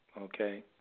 okay